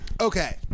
Okay